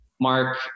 Mark